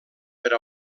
per